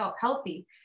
healthy